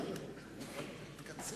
לא נהוג, תקצר.